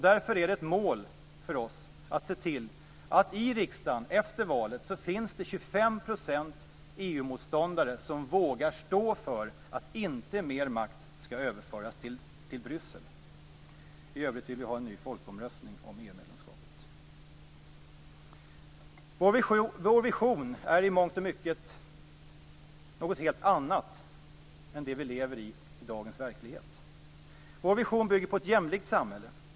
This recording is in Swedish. Därför är det ett mål för oss att se till att det i riksdagen efter valet finns 25 % EU-motståndare som vågar stå för att mer makt inte skall överföras till Bryssel. I övrigt vill vi ha en ny folkomröstning om Vår vision är i mångt och mycket något helt annat än dagens verklighet som vi lever i. Vår vision bygger på ett jämlikt samhälle.